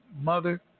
mother